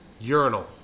Urinal